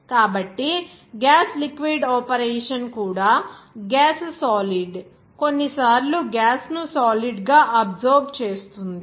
కాబట్టి gas liquid operation కూడా gas solid కొన్నిసార్లు గ్యాస్ను సాలిడ్ గా అబ్సోర్బ్ చేస్తుంది